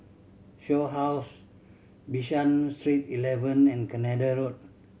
Shaw House Bishan Street Eleven and Canada Road